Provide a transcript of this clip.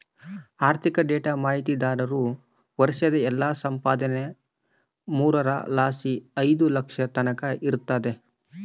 ಆರ್ಥಿಕ ಡೇಟಾ ಮಾಹಿತಿದಾರ್ರ ವರ್ಷುದ್ ಎಲ್ಲಾ ಸಂಪಾದನೇನಾ ಮೂರರ್ ಲಾಸಿ ಐದು ಲಕ್ಷದ್ ತಕನ ಇರ್ತತೆ